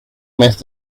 mes